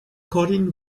colin